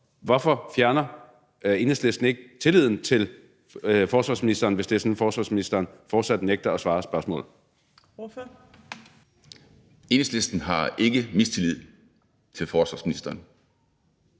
Hvorfor mister Enhedslisten ikke tilliden til forsvarsministeren, hvis det er sådan, at forsvarsministeren fortsat nægter at svare på spørgsmål? Kl. 14:09 Fjerde næstformand (Trine